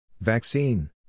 Vaccine